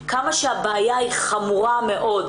יישר כוח על העבודה הזאת, היא מאוד-מאוד חשובה.